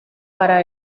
para